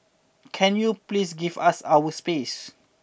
can you please give us our space